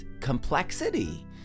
complexity